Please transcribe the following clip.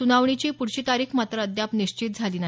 सुनावणीची पुढची तारीख मात्र अद्याप निश्चित झालेली नाही